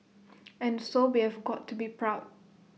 and so we have got to be proud